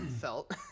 felt